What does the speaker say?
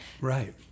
Right